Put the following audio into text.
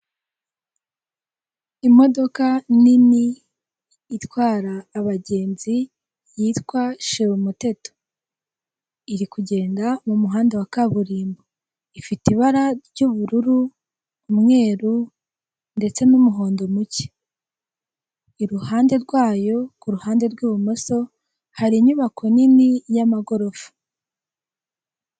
Imodoka nini itwara abagenzi yitwa shirumuteto, iri kugenda m'umuhanda wa kaburimbo ifite ibara ry'ubururu, umweru ndetse n'umuhondo muke, iruhande rwayo k'uruhande rw'ibumoso hari inyubako nini y'amagorofa.